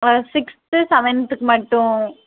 ஆ sixth செவன்த்துக்கு மட்டும்